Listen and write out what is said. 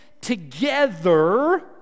together